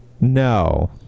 No